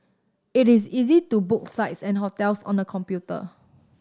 it is easy to book flights and hotels on the computer